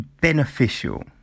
beneficial